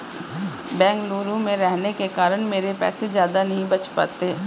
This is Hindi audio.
बेंगलुरु में रहने के कारण मेरे पैसे ज्यादा नहीं बच पाते